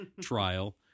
trial